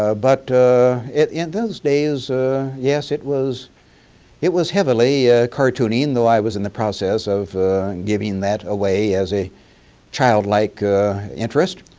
ah but in those days yes it was it was heavily ah cartooning although i was in the process of giving that away as a childlike interest.